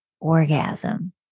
orgasm